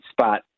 spot